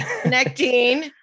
connecting